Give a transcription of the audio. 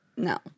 No